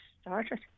started